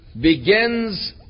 begins